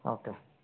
okay